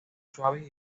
suaves